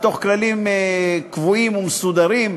אותה בתוך כללים קבועים ומסודרים.